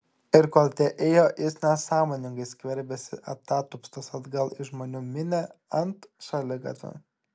ir kol tie ėjo jis nesąmoningai skverbėsi atatupstas atgal į žmonių minią ant šaligatvio